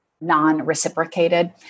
non-reciprocated